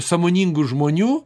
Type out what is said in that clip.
sąmoningų žmonių